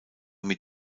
mit